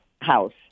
House